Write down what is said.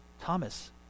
Thomas